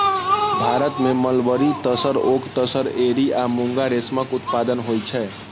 भारत मे mulberry, tasar, oak tasar, eri आ मूंगा रेशमक उत्पादन होइ छै